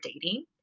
dating